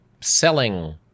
selling